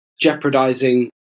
jeopardizing